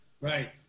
right